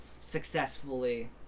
successfully